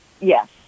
yes